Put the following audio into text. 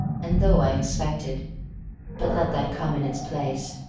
and though i expected but let that come in its place,